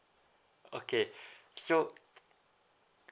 okay so